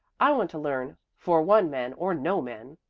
i want to learn, for one men or no men.